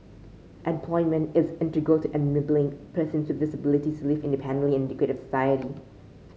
employment is integral to enabling persons with disabilities live independently and integrate with society